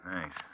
Thanks